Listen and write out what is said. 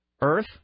Earth